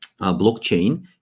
blockchain